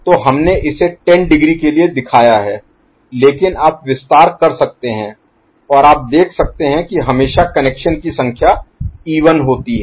तो हमने इसे 10 डिग्री के लिए दिखाया है लेकिन आप विस्तार कर सकते हैं और आप देख सकते हैं कि हमेशा कनेक्शन की संख्या इवन होती है